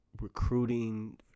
recruiting